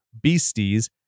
Beasties